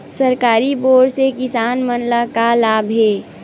सरकारी बोर से किसान मन ला का लाभ हे?